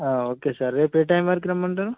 okay sir రేపు ఏ time వరకు రమ్మంటారు